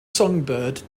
songbird